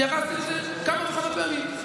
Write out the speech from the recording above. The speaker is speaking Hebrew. התייחסתי לזה כמה וכמה פעמים,